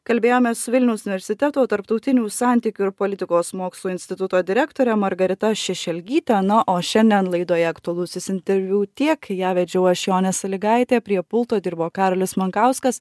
kalbėjomės vilniaus universiteto tarptautinių santykių ir politikos mokslų instituto direktore margarita šešelgyte na o šiandien laidoje aktualusis interviu tiek ją vedžiau aš jonė salygaitė prie pulto dirbo karolis mankauskas